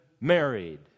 married